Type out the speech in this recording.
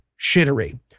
shittery